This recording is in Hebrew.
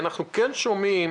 אנחנו שומעים